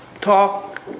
talk